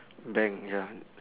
bank ya